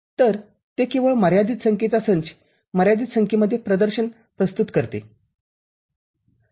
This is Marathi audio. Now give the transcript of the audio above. तरते केवळ मर्यादित संख्येचा संचमर्यादित संख्येमध्ये प्रदर्शन प्रस्तुत करते